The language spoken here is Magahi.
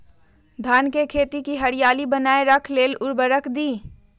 धान के खेती की हरियाली बनाय रख लेल उवर्रक दी?